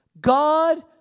God